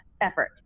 effort